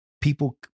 people